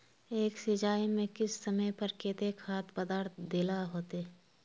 एक सिंचाई में किस समय पर केते खाद पदार्थ दे ला होते?